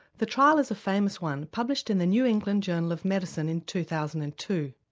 the trial is a famous one, published in the new england journal of medicine in two thousand and two.